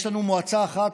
יש לנו מועצה אחת,